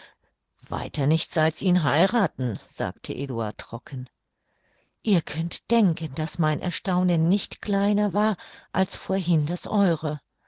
weiter nichts als ihn heirathen sagte eduard trocken ihr könnt denken daß mein erstaunen nicht kleiner war als vorhin das eure